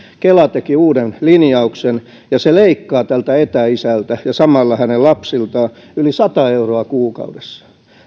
kela teki uuden linjauksen ja se leikkaa tältä etäisältä ja samalla hänen lapsiltaan yli sata euroa kuukaudessa